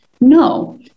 No